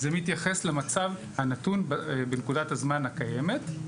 אלא למצב הנתון בנקודת הזמן הקיימת.